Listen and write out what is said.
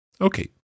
Okay